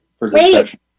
Wait